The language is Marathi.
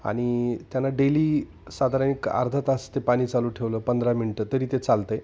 आणि त्यांना डेली साधारण एक अर्धा तास ते पाणी चालू ठेवलं पंधरा मिनटं तरी ते चालत आहे